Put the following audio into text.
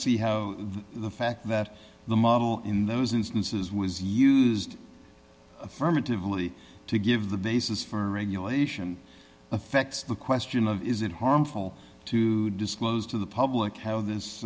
see how the fact that in those instances was used affirmatively to give the basis for regulation affects the question of is it harmful to disclose to the public how this